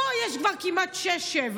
פה יש כבר כמעט שש-שבע.